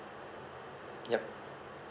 yup